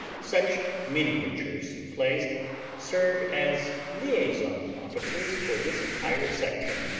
such miniature souffles serve as liaison officers for this entire section,